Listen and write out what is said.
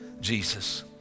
Jesus